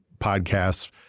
podcasts